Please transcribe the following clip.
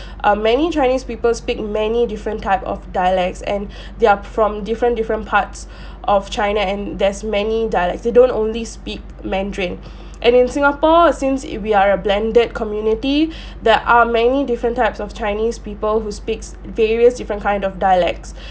um many chinese people speak many different type of dialects and they're from different different parts of china and there's many dialects they don't only speak mandarin and in singapore since i~ we are a blended community there are many different types of chinese people who speaks various different kind of dialects